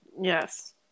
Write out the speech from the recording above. Yes